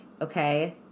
okay